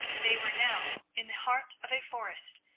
they were now in the heart of a forest,